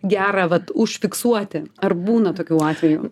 gerą vat užfiksuoti ar būna tokių atvejų